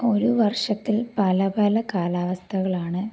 ഒരു വർഷത്തിൽ പല പല കാലാവസ്ഥകളാണ്